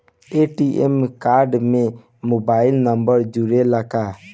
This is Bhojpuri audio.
ए.टी.एम कार्ड में मोबाइल नंबर जुरेला का?